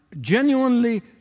genuinely